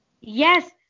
Yes